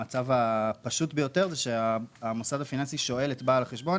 המצב הפשוט ביותר הוא שהמוסד הפיננסי שואל את בעל החשבון